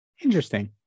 Interesting